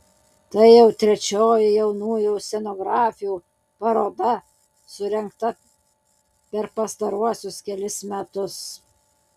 tai jau trečioji jaunųjų scenografių paroda surengta per pastaruosius kelis metus